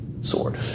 sword